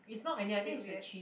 a bit weird